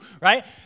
right